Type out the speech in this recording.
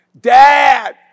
Dad